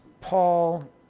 Paul